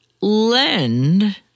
lend